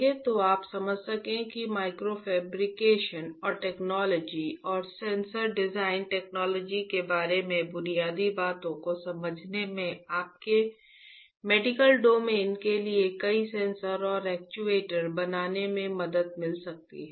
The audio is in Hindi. ताकि आप समझ सकें कि माइक्रो फैब्रिकेशन और टेक्नोलॉजी और सेंसर डिजाइन टेक्नोलॉजी के बारे में बुनियादी बातों को समझने से आपको मेडिकल डोमेन के लिए कई सेंसर और एक्चुएटर बनाने में मदद मिल सकती है